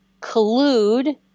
collude